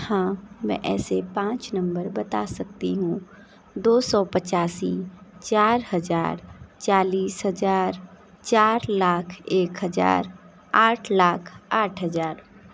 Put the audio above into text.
हाँ मैं ऐसे पाँच नंबर बता सकती हूँ दो सौ पचासी चार हज़ार चालीस हज़ार चार लाख एक हज़ार आठ लाख आठ हज़ार